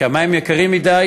כי המים יקרים מדי,